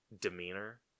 demeanor